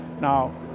Now